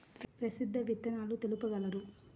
ప్రసిద్ధ విత్తనాలు తెలుపగలరు?